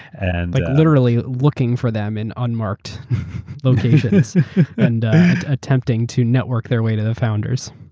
and but literally looking for them in unmarked locations and attempting to network their way to the founders.